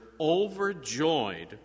overjoyed